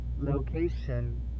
Location